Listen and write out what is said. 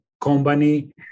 company